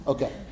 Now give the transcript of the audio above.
Okay